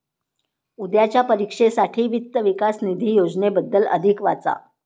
उद्याच्या परीक्षेसाठी वित्त विकास निधी योजनेबद्दल अधिक वाचा